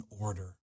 order